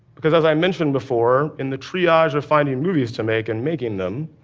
because as i mentioned before, in the triage of finding movies to make and making them,